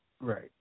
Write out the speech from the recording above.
Right